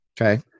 Okay